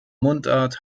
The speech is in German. mundart